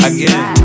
Again